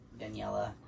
Daniela